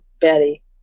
Betty